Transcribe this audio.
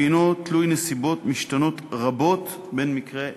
והוא תלוי נסיבות משתנות רבות בין מקרה למקרה.